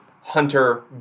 Hunter